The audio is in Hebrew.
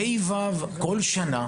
בכיתות ה׳-ו׳ זה כל שנה.